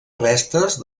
restes